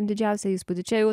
didžiausią įspūdį čia jau